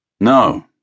No